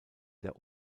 der